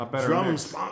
drums